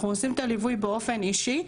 אנחנו עושים את הליווי באופן אישי.